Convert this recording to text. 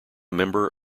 member